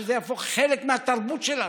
עד שזה יהפוך חלק מהתרבות שלנו.